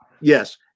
Yes